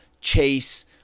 chase